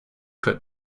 put